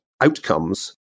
outcomes